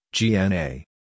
GNA